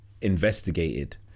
investigated